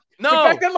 No